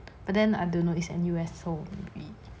but then I don't know it's N_U_S so